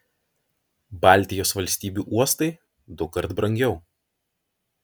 baltijos valstybių uostai dukart brangiau